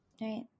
Right